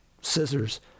scissors